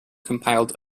compiled